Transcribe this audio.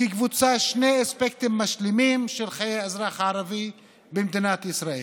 שני אספקטים משלימים של חיי האזרח הערבי במדינת ישראל.